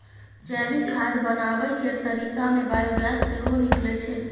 जैविक खाद बनाबै केर तरीका मे बायोगैस सेहो निकलै छै